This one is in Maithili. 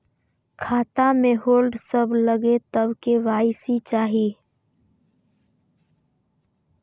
खाता में होल्ड सब लगे तब के.वाई.सी चाहि?